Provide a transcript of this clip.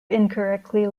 incorrectly